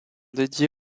dédié